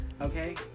Okay